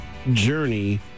Journey